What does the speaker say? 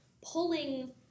pulling